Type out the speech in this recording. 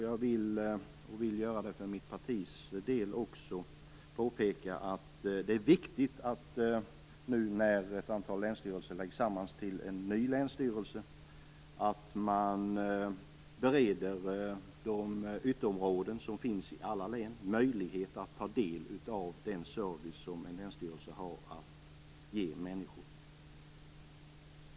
Jag vill för min och mitt partis del påpeka att det är viktigt när nu ett antal länsstyrelser läggs samman till en ny länsstyrelse att man bereder de ytterområden som finns i alla län möjlighet att ta del av den service som en länsstyrelse har att ge människor.